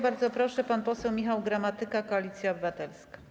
Bardzo proszę, pan poseł Michał Gramatyka, Koalicja Obywatelska.